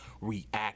react